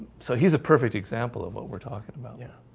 so he's a perfect example of what we're talking about. yeah.